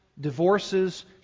divorces